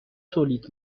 تولید